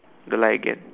the light again